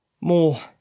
More